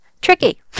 tricky